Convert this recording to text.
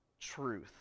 truth